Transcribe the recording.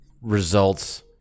results